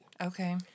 okay